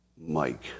Mike